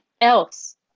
else